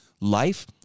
life